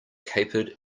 capered